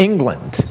England